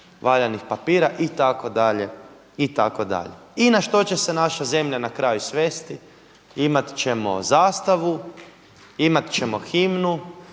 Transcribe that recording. valjanih papira itd. itd. I na što će se naša zemlje na kraju svesti? Imat ćemo zastavu, imat ćemo himnu,